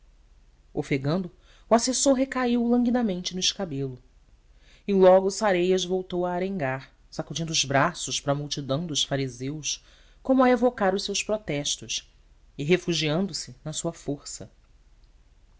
ofegando o assessor recaiu languidamente no escabelo e logo sareias volveu a arengar sacudindo os braços para a multidão dos fariseus como a evocar os seus protestos e refugiandose na sua força